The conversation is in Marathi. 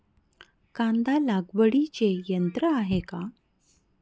कांदा लागवडीचे यंत्र आहे का?